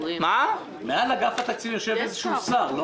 מעל אגף התקציבים יושב איזשהו שר.